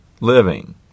living